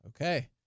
Okay